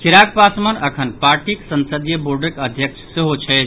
चिराग पासवान अखन पार्टीक संसदीय बोर्डक अध्यक्ष सहो छथि